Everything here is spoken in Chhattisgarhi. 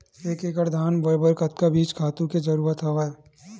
एक एकड़ धान बोय बर कतका बीज खातु के जरूरत हवय?